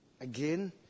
Again